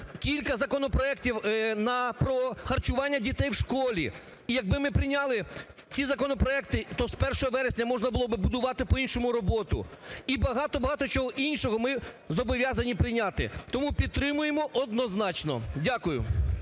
кілька законопроектів про харчування дітей в школі, і якби ми прийняли ці законопроекти, то з першого вересня можна було би будувати по-іншому роботу. І багато-багато чого іншого ми зобов'язані прийняти. Тому підтримуємо однозначно. Дякую.